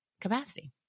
capacity